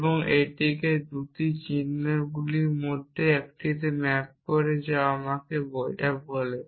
এবং এটিকে সেই 2টি চিহ্নগুলির মধ্যে একটিতে ম্যাপ করে যার অর্থ এটি আমাকে বলে